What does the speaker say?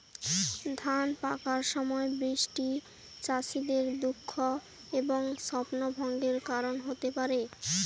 ধান পাকার সময় বৃষ্টি চাষীদের দুঃখ এবং স্বপ্নভঙ্গের কারণ হতে পারে